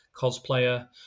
cosplayer